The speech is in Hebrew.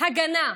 הגנה,